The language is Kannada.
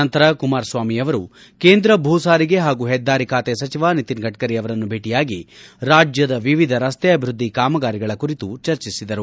ನಂತರ ಕುಮಾರಸ್ವಾಮಿಯವರು ಕೇಂದ್ರ ಭೂ ಸಾರಿಗೆ ಹಾಗೂ ಹೆದ್ದಾರಿ ಖಾತೆ ಸಚಿವ ನಿತಿನ್ ಗಡ್ಡರಿ ಅವರನ್ನು ಭೇಟಿಯಾಗಿ ರಾಜ್ಯದ ವಿವಿಧ ರಸ್ತೆ ಅಭಿವೃದ್ದಿ ಕಾಮಗಾರಿಗಳ ಕುರಿತು ಚರ್ಚಿಸಿದರು